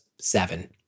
seven